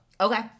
Okay